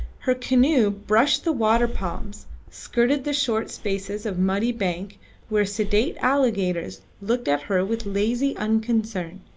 her canoe brushed the water-palms, skirted the short spaces of muddy bank where sedate alligators looked at her with lazy unconcern,